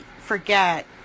forget